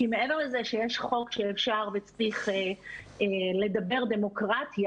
כי מעבר לזה שיש חוק שאפשר וצריך לדבר דמוקרטיה,